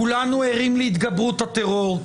כולנו ערים להתגברות הטרור,